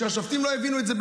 וכשהשופטים לא הבינו את זה,